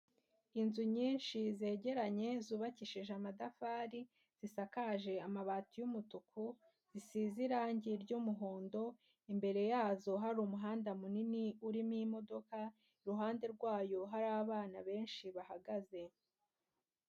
Inzu nyinshi zegeranye zubakishije amatafari zisakaje amabati y'umutuku, zisize irangi ry'umuhondo, imbere yazo hari umuhanda munini urimo imodoka, iruhande rwayo hari abana benshi bahagaze.